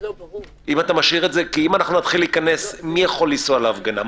כי אם אנחנו נתחיל להיכנס לשאלות כמו: מי יכול לנסוע להפגנה?